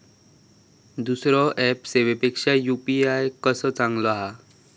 दुसरो ऍप सेवेपेक्षा यू.पी.आय कसो चांगलो हा?